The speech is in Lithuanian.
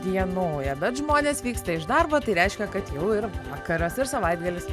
dienoja bet žmonės vyksta iš darbo tai reiškia kad jau ir vakaras ir savaitgalis